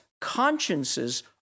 consciences